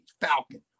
Falcon